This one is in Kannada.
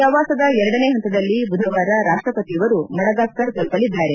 ಪ್ರವಾಸದ ಎರಡನೇ ಹಂತದಲ್ಲಿ ಬುಧವಾರ ರಾಷ್ಷಪತಿಯವರು ಮಡಗಾಸ್ಕರ್ ತಲುಪಲಿದ್ದಾರೆ